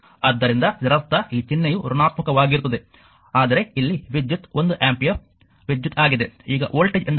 ಆದ್ದರಿಂದ ಇದರರ್ಥ ಈ ಚಿಹ್ನೆಯು ಋಣಾತ್ಮಕವಾಗಿರುತ್ತದೆ ಆದರೆ ಇಲ್ಲಿ ವಿದ್ಯುತ್ 1 ಆಂಪಿಯರ್ ವಿದ್ಯುತ್ ಆಗಿದೆ ಈಗ ವೋಲ್ಟೇಜ್ ಎಂದರೇನು